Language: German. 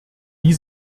die